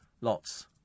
Lots